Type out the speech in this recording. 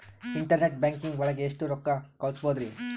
Internet banking ಒಳಗೆ ಎಷ್ಟ್ ರೊಕ್ಕ ಕಲ್ಸ್ಬೋದ್ ರಿ?